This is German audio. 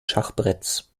schachbretts